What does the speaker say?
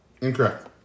Incorrect